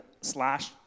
slash